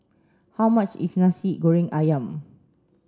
how much is Nasi Goreng Ayam